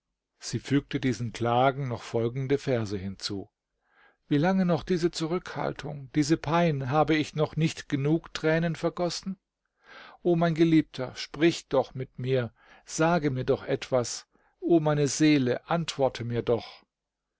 sie fügte diesen klagen noch folgende verse hinzu wie lange noch diese zurückhaltung diese pein habe ich noch nicht genug tränen vergossen o mein geliebter sprich doch mit mir sage mir doch etwas o meine seele antworte mir doch